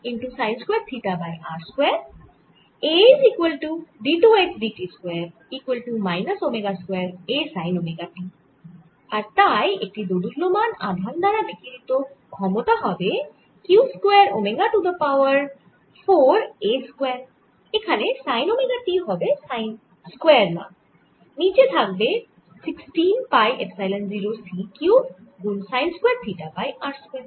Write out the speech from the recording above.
আর তাই একটি দোদুল্যমান আধান দ্বারা বিকিরিত ক্ষমতা হবে q square omega to the power 4 a square এখানে সাইন ওমেগা t হবে সাইন স্কয়ার না নিচে থাকবে 16 পাই এপসাইলন 0 c কিউব গুন sine square theta by r square